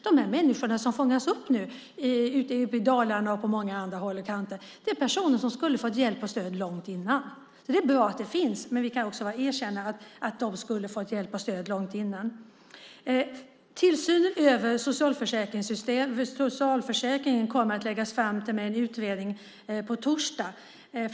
De människor som fångas upp i Dalarna, och på många andra håll och kanter, är personer som skulle ha fått hjälp och stöd långt tidigare. Det är bra att det finns, men vi kan också erkänna att de skulle ha fått hjälp och stöd långt tidigare. Tillsynen över socialförsäkringen kommer att läggas fram till mig i en utredning på torsdag.